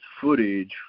footage